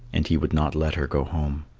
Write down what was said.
and he would not let her go home.